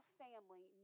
family